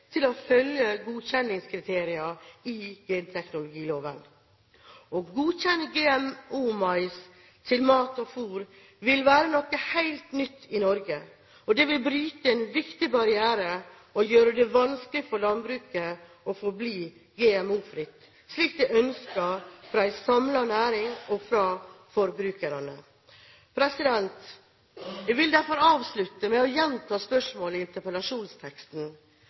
til å følge godkjenningskriterier i genteknologiloven? Å godkjenne GMO-mais til mat og fôr vil være noe helt nytt i Norge, og det vil bryte en viktig barriere og gjøre det vanskelig for landbruket å forbli GMO-fritt, slik ønsket er fra en samlet næring og fra forbrukerne. Jeg vil derfor avslutte med å gjenta spørsmålet i interpellasjonsteksten: